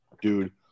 Dude